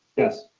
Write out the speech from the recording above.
yes.